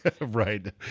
Right